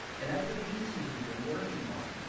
and that's the pieces you've been working on.